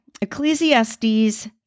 Ecclesiastes